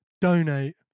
donate